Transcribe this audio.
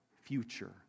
future